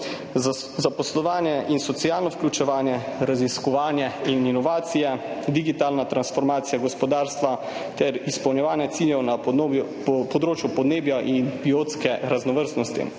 zaposlovanje in socialno vključevanje, raziskovanje in inovacije, digitalna transformacija gospodarstva ter izpolnjevanje ciljev na področju podnebja in biotske raznovrstnosti.